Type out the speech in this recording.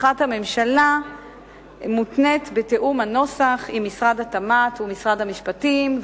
תמיכת הממשלה מותנית בתיאום הנוסח עם משרד התמ"ת ומשרד המשפטים.